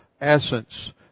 essence